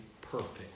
perfect